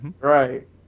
right